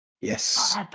Yes